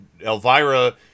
Elvira